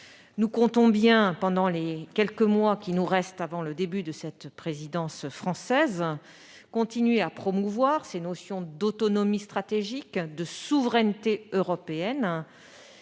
plus puissante. Pendant les quelques mois qui nous restent avant le début de la présidence française, nous entendons continuer à promouvoir les notions d'autonomie stratégique et de souveraineté européenne,